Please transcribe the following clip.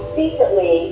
secretly